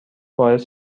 باعث